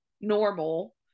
normal